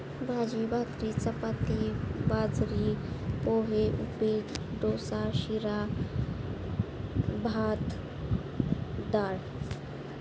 भाजी भाकरी चपाती बाजरी पोहे उप्पीट डोसा शिरा भात दाळ